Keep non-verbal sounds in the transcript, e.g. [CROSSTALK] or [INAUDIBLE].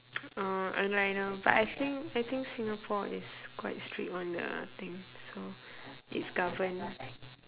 [NOISE] oh I know I know but I think I think singapore is quite strict [one] the thing so it's govern